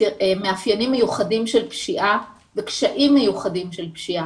מאפיינים מיוחדים של פשיעה וקשיים מיוחדים של פשיעה.